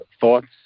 thoughts